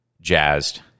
jazzed